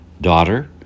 Daughter